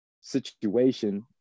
situation